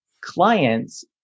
clients